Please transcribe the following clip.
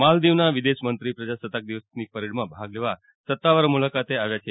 માલદીવના વિદેશમંત્રી પ્રજાસત્તાક દિવસ પરેડમાં ભાગ લેવા સત્તાવાર મુલાકાતે આવ્યા છે